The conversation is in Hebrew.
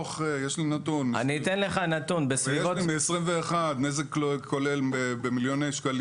נתון מ-21' נזק כולל במיליוני שקלים